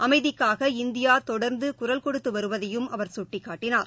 அமைதிக்காக இந்தியாதொடர்ந்துகுரல் கொடுத்தவருவதையும் அவர் சுட்டிக்காட்டினார்